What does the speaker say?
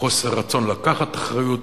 חוסר רצון לקחת אחריות,